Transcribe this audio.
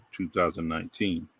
2019